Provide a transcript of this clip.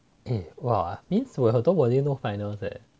eh !wah! means 我有很多 modules no final eh